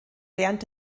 während